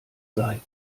sei